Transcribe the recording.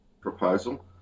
proposal